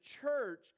church